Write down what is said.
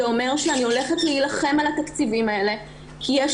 זה אומר שאני הולכת להילחם על התקציבים האלה כי יש